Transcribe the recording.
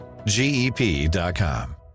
GEP.com